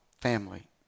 family